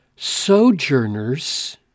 sojourners